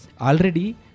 Already